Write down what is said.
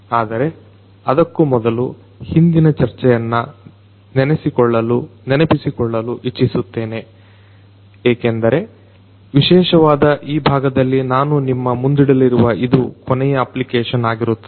ಆದರೆ ಅದಕ್ಕು ಮೊದಲು ಹಿಂದಿನ ಚರ್ಚೆಯನ್ನ ನೆನಪಿಸಿಕೊಳ್ಳಲು ಇಚ್ಛಿಸುತ್ತೆನೆ ಏಕೆಂದರೆ ವಿಶೇಷವಾದ ಈ ಭಾಗದಲ್ಲಿ ನಾನು ನಿಮ್ಮ ಮುಂದಿಡಲಿರುವ ಇದು ಕೊನೆಯ ಅಪ್ಲಿಕೇಷನ್ ಆಗಿರುತ್ತದೆ